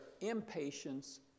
impatience